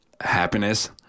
happiness